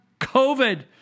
COVID